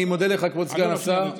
אני מודה לך, כבוד סגן השר.